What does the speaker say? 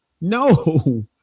No